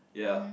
ya